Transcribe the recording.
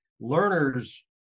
Learners